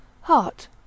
HEART